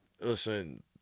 Listen